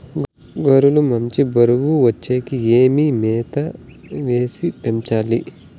గొర్రె లు మంచి బరువు వచ్చేకి ఏమేమి మేత వేసి పెంచాలి?